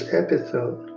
episode